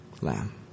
lamb